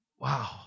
Wow